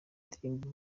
indirimbo